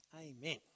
amen